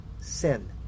sin